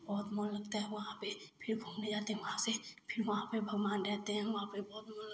बहुत मन लगता है वहाँ पर फिर घूमने जाते हैं वहाँ से फिर वहाँ पर भगवान रहते हैं हम वहाँ पर बहुत मन